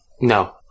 No